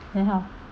then how